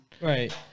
right